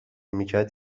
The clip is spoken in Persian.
میکرد